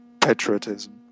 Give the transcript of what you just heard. patriotism